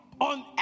on